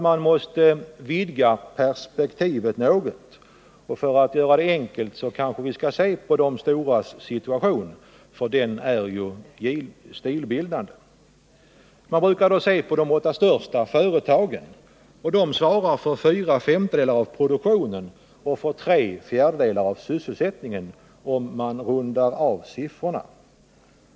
Man måste nog vidga perspektivet något. För att göra det enkelt kanske vi skall se på de stora företagens situation, som ju är stilbildande. Man brukar då se på de åtta största företagen, vilka i runda tal svarar för fyra femtedelar av produktionen och för tre fjärdedelar av sysselsättningen.